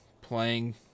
playing